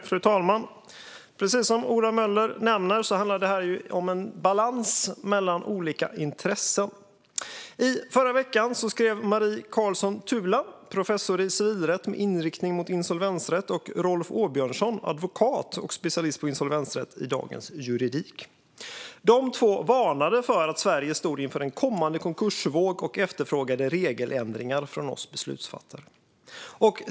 Fru talman! Precis som Ola Möller nämner handlar detta om en balans mellan olika intressen. I förra veckan skrev Marie Karlsson Tuula, professor i civilrätt med inriktning mot insolvensrätt, och Rolf Åbjörnsson, advokat och specialist på insolvensrätt, en debattartikel i Dagens Juridik. De varnade för att Sverige står inför en kommande konkursvåg och efterfrågade regeländringar från oss beslutsfattare.